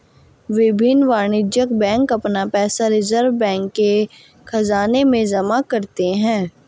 विभिन्न वाणिज्यिक बैंक अपना पैसा रिज़र्व बैंक के ख़ज़ाने में जमा करते हैं